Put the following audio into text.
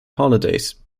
holidays